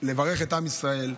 לברך את עם ישראל,